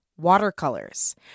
watercolors